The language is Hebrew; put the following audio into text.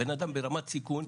הבן אדם ברמת סיכון,